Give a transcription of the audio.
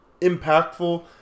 impactful